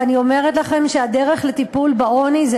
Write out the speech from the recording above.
ואני אומרת לכם שהדרך לטיפול בעוני זה